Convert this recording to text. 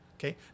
Okay